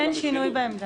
אין שינוי בעמדה.